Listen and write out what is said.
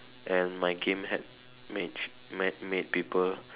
and my game had mage mad made people